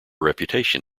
reputation